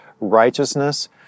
righteousness